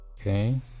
Okay